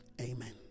Amen